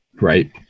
right